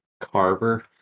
Carver